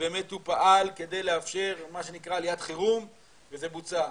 ובאמת הוא פעל כדי לאפשר מה שנקרא 'עליית חירום' וזה בוצע.